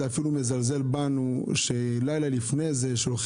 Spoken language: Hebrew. זה אפילו מזלזל בנו שמשרד הבריאות שולח